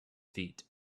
feet